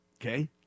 okay